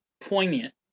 poignant